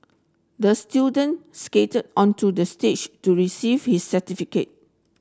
the student skated onto the stage to receive his certificate